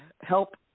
help